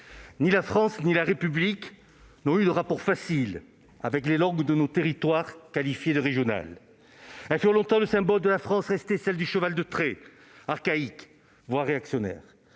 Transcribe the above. ni la France ni la République n'ont eu de rapports faciles avec les langues de nos territoires qualifiées de « régionales ». Celles-ci furent longtemps le symbole de la France restée celle du cheval de trait, archaïque, voire réactionnaire.